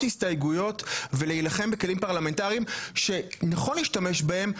הסתייגויות ולהילחם בכלים פרלמנטריים שנכון להשתמש בהם,